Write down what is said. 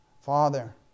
Father